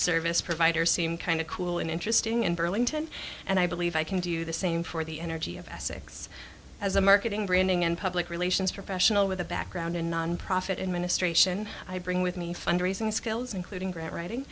service provider seem kind of cool and interesting in burlington and i believe i can do the same for the energy of essex as a marketing britain and public relations professional with a background in nonprofit administration i bring with me fundraising skills including grant writing